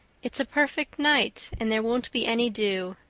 it's a perfect night, and there won't be any dew.